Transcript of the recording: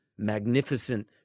magnificent